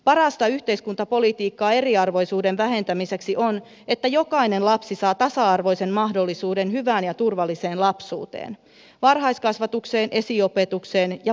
parasta yhteiskuntapolitiikkaa eriarvoisuuden vähentämiseksi on että jokainen lapsi saa tasa arvoisen mahdollisuuden hyvään ja turvalliseen lapsuuteen varhaiskasvatukseen esiopetukseen ja peruskouluun